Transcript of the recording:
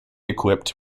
equipped